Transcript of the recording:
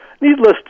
Needless